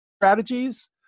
Strategies